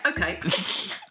okay